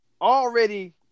already